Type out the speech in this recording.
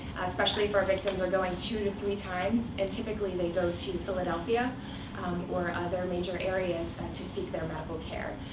especially if our victims are going two to three times, and typically, they go to philadelphia or other major areas to seek their medical care.